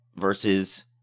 versus